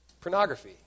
pornography